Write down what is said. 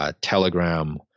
Telegram